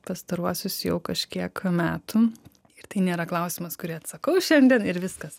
pastaruosius jau kažkiek metų ir tai nėra klausimas kurį atsakau šiandien ir viskas